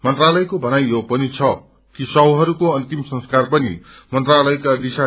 मंत्रालयकोभनाई यो पनि छ कि श्वहरूको अन्तिम संस्कार पनि मंत्रालयका दशि